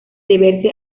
deberse